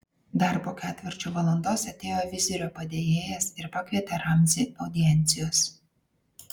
dar po ketvirčio valandos atėjo vizirio padėjėjas ir pakvietė ramzį audiencijos